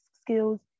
skills